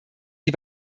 die